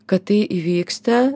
kad tai įvyksta